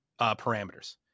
parameters